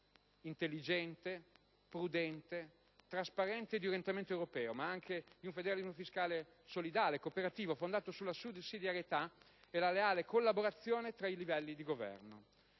intelligente, prudente, trasparente e di orientamento europeo, ma anche solidale e cooperativo, fondato sulla sussidiarietà e la leale collaborazione tra i livelli di governo;